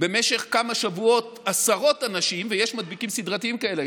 במשך כמה שבועות עשרות אנשים ויש מדביקים סדרתיים כאלה,